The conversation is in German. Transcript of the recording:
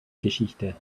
geschichte